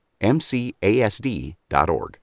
MCASD.org